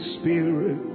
spirit